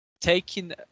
taking